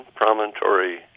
promontory